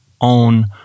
own